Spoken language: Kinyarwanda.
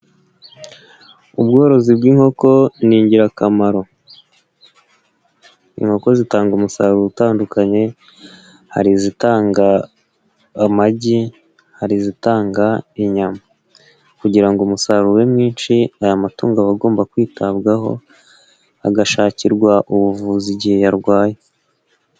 Ubworozi bw'inkoko ni ingirakamaro, inkoko zitanga umusaruro utandukanye, hari izitanga amagi, hari izitanga inyama kugira ngo umusaruro ube mwinshi, aya matungo aba agomba kwitabwaho, agashakirwa ubuvuzi igihe yarwaye.